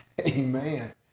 Amen